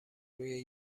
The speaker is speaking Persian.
روی